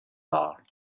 are